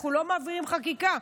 אנחנו לא מעבירים חקיקה.